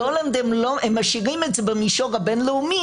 בהולנד הם משאירים את זה במישור הבין-לאומי